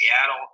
Seattle